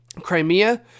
crimea